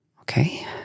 Okay